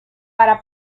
para